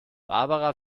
barbara